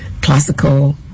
classical